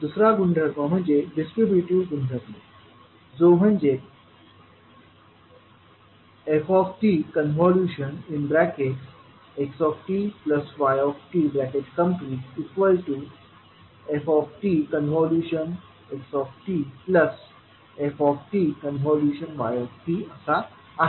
दुसरा गुणधर्म म्हणजे डिस्ट्रिब्यूटिव्ह गुणधर्म जो म्हणजे ftxtytftxtftyt असा आहे